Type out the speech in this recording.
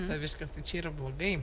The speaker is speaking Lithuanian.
saviškės tai čia yra blogai